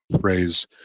phrase